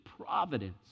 providence